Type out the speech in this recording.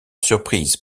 surprise